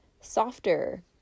softer